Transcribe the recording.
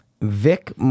Vic